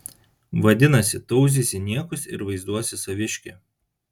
vadinasi tauzysi niekus ir vaizduosi saviškį